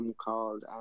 called